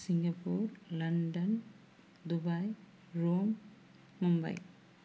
Singapore London Dubai Rome Mumbai